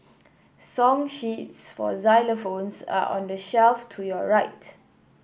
song sheets for xylophones are on the shelf to your right